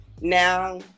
now